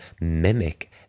mimic